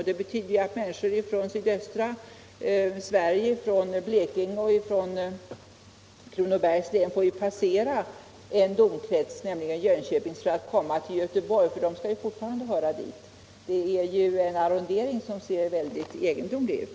Den betyder att människor från sydöstra Sverige, Blekinge och Kronobergs län, får passera en domkrets, nämligen Jönköping, för att komma till Göteborg, de skall ju fortfarande höra dit. Det är en arrondering som ser mycket egendomlig ut.